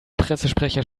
pressesprecher